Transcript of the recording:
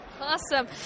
Awesome